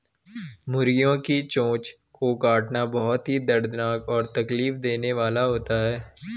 मुर्गियों की चोंच को काटना बहुत ही दर्दनाक और तकलीफ देने वाला होता है